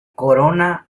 corona